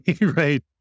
right